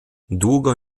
długo